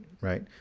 Right